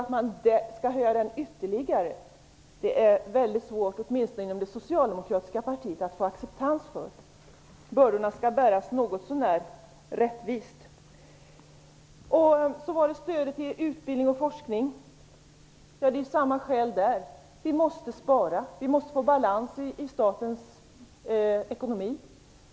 Att man skulle höja den ytterligare är mycket svårt att få acceptans för, åtminstone inom det socialdemokratiska partiet. Bördorna skall fördelas något så när rättvist. Så var det stödet till utbildning och forskning. Det är samma skäl där - vi måste spara. Vi måste få balans i statens ekonomi.